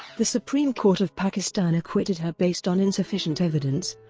the supreme court of pakistan acquitted her based on insufficient evidence,